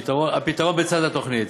שהפתרון בצד התוכנית.